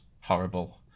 horrible